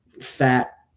fat